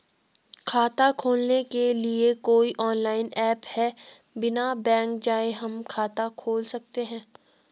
खाता खोलने के लिए कोई ऑनलाइन ऐप है बिना बैंक जाये हम खाता खोल सकते हैं?